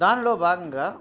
దానిలో భాగంగా